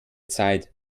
zeit